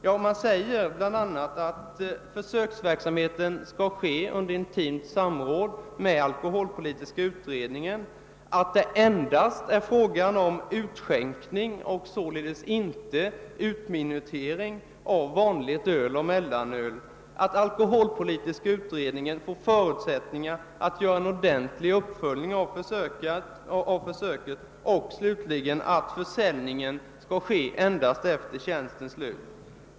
Det framhålles bl.a. att försöksverksamheten skall ske i intimt samråd med den alkoholpolitiska utredningen, att det endast är fråga om utskänkning — således inte om utminutering — av vanligt öl och mellanöl, att alkoholpolitiska utredningen förutsättes göra en uppföljning av försöket och slutligen att försäljningen skall ske endast efter tjänstens slut.